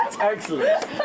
Excellent